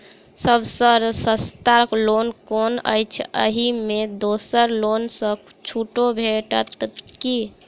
सब सँ सस्ता लोन कुन अछि अहि मे दोसर लोन सँ छुटो भेटत की?